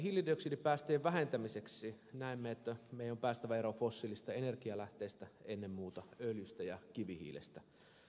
hiilidioksidipäästöjen vähentämiseksi näemme että meidän on päästävä eroon fossiilisista energianlähteistä ennen muuta öljystä ja kivihiilestä